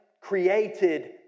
created